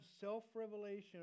self-revelation